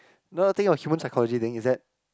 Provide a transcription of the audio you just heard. you know the thing of human psychology thing is that